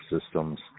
systems